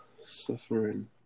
suffering